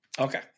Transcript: Okay